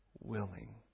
Willing